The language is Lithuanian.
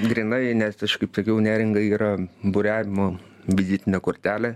grynai nes aš kaip sakiau neringa yra buriavimo vizitinė kortelė